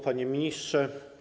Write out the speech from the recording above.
Panie Ministrze!